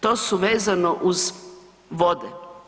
To su vezano uz vode.